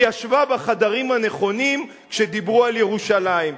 היא ישבה בחדרים הנכונים כשדיברו על ירושלים.